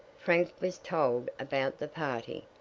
frank was told about the party,